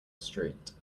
street